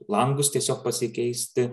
langus tiesiog pasikeisti